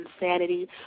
Insanity